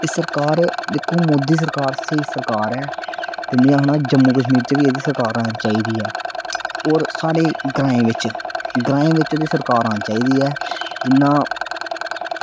एह् सरकार ऐ दिक्खो मोदी सरकार स्हेई ऐ ते में आक्खना कि जम्मू कश्मीर बिच्च बी एह्की सरकार औनी चाहिदी ऐ होर साढ़े ग्रांऐं बिच्च ग्रांऐं बिच्च बी सरकार औनी चाहिदी ऐ जि'यां